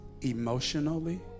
emotionally